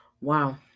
Wow